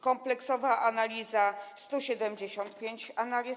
Kompleksowa analiza, 175 analiz.